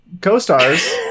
co-stars